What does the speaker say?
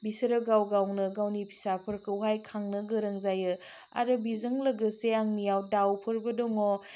बिसोरो गाव गावनो गावनि फिसाफोरखौहाय खांनो गोरों जायो आरो बिजों लोगोसे आंनियाव दाउफोरबो दङ